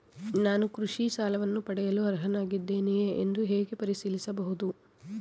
ನಾನು ಕೃಷಿ ಸಾಲವನ್ನು ಪಡೆಯಲು ಅರ್ಹನಾಗಿದ್ದೇನೆಯೇ ಎಂದು ಹೇಗೆ ಪರಿಶೀಲಿಸಬಹುದು?